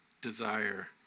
desire